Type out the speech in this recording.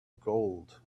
gold